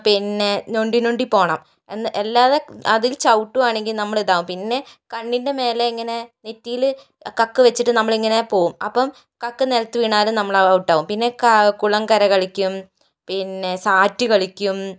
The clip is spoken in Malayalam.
പിന്നെ ഞൊണ്ടി ഞൊണ്ടി പോവണം എന്ന് അല്ലാതെ അതിൽ ചവിട്ടുകയാണെങ്കിൽ നമ്മളിതാവും പിന്നെ കണ്ണിൻ്റെ മേലെ ഇങ്ങനെ നെറ്റിയില് കക്ക് വെച്ചിട്ട് നമ്മളിങ്ങനെ പോകും അപ്പോൾ കക്ക് നിലത്ത് വീണാലും നമ്മൾ ഔട്ട് ആവും പിന്നെ കുളം കര കളിക്കും പിന്നെ സാറ്റ് കളിക്കും